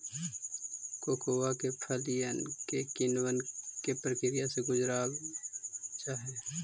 cocoa के फलियन के किण्वन के प्रक्रिया से गुजारल जा हई